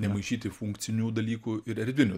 nemaišyti funkcinių dalykų ir erdvinių